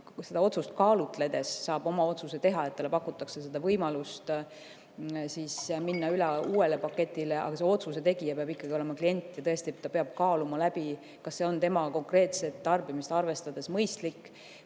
seda otsust kaalutledes saab oma otsuse teha, et talle pakutakse võimalust minna üle uuele paketile. Aga otsuse tegija peab ikkagi olema klient ja ta peab kaaluma läbi, kas see on tema konkreetset tarbimist arvestades mõistlik